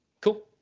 Cool